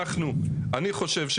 איך בשנת 2022 מקימים מטמנה נוספת בישוב